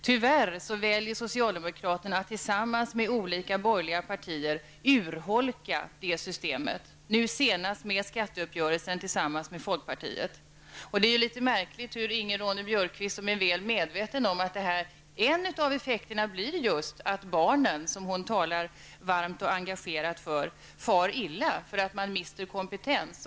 Tyvärr väljer socialdemokraterna att tillsammans med olika borgerliga partier urholka det systemet, nu senast med skatteuppgörelsen tillsammans med folkpartiet. Det är litet märkligt att Ingrid Ronne-Björkqvist, som är väl medveten om att en av effekterna blir just att barnen, som hon talar så varmt och engagerat för, far illa därför att man mister kompetens.